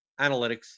Analytics